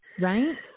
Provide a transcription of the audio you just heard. right